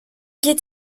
guide